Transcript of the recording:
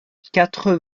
quatre